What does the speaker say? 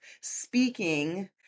speaking